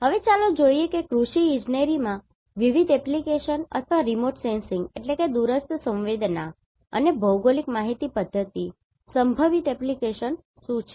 હવે ચાલો જોઈએ કે કૃષિ ઇજનેરીમાં વિવિધ એપ્લિકેશન અથવા Remote sensing દૂરસ્થ સંવેદના અને GIS ભૌગોલિક માહિતી પધ્ધતિ સંભવિત એપ્લિકેશન શું છે